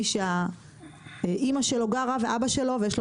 מי שהאימא והאבא שלו גרים שם ויש לו